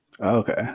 okay